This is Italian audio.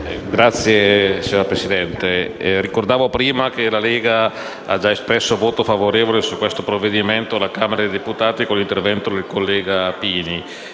Signora Presidente, nel ricordare che la Lega ha già espresso un voto favorevole su questo provvedimento alla Camera dei deputati con un intervento del collega Pini,